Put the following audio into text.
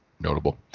notable